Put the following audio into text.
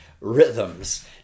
rhythms